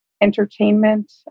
entertainment